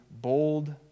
bold